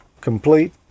complete